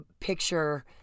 picture